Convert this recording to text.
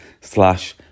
slash